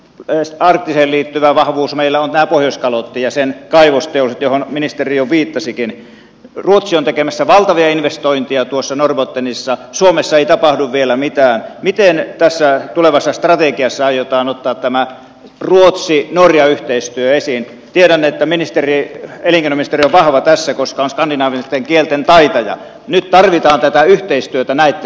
tästä arkeen liittyvä vahvuus meillä on pohjoiskalottieseen kaivosta johon ministeri jo viittasikin ruotsi on tekemässä valtavia investointeja tuossa norrbottenissa suomessa ei tapahdu vielä mitään miten ne päässään tulevassa strategiassa aiotaan ottaa tämä ruotsinorja yhteistyöisiin tiedän että ministeri eli enemmistö ja vahva pääse koska on skandinaavisten kielten taitajia nyt tarvitaan tätä yhteistyötä näytti